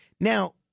Now